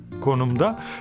konumda